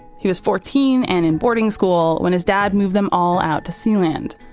he was fourteen and in boarding school when his dad moved them all out to sealand.